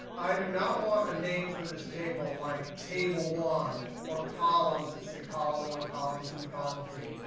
i do not want a name for this table, like table one or columns that say column one, column two, column three.